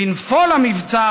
בנפול המבצר,